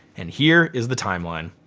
and here is the timeline.